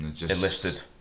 enlisted